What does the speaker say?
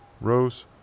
Rose